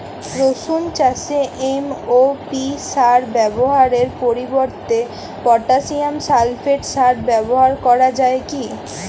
রসুন চাষে এম.ও.পি সার ব্যবহারের পরিবর্তে পটাসিয়াম সালফেট সার ব্যাবহার করা যায় কি?